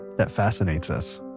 that fascinates us?